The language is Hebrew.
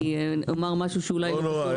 אני אומר משהו שאולי --- בוויכוח.